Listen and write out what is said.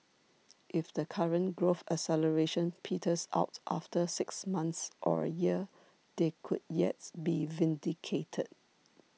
if the current growth acceleration peters out after six months or a year they could yet be vindicated